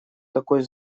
такой